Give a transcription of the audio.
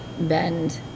bend